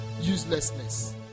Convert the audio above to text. uselessness